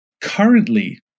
Currently